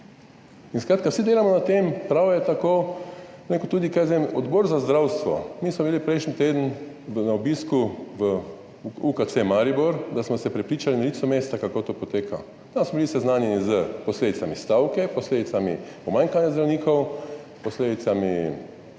ne. Skratka, vsi delamo na tem, prav je tako. Tudi Odbor za zdravstvo, mi smo bili prejšnji teden na obisku v UKC Maribor, da smo se na licu mesta prepričali, kako to poteka. Tam smo bili seznanjeni s posledicami stavke, posledicami pomanjkanja zdravnikov, posledicami